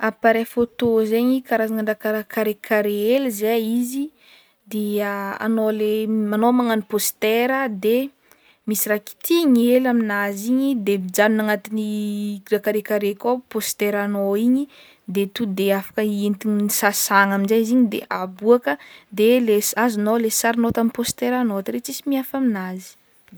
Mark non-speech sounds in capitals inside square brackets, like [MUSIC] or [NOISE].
Appareil photo zaigny karazagnan-draha karaha carré carré hely zay izy dia [HESITATION] anao le manao- magnano pôstera de misy raha kitihiny hely aminazy igny de mijanona agnatin'ny karaha carré carré akao pôsteranao igny de to de afaka entigny sasagna aminjay izy igny de aboaka de le s- azonao le sarinao tamin'posteranao tary tsisy mihafa aminazy.